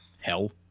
hell